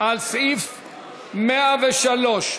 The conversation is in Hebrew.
על סעיפים 103,